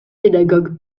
pédagogue